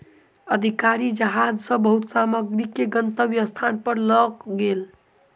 अधिकारी जहाज सॅ बहुत सामग्री के गंतव्य स्थान पर लअ गेल